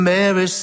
Mary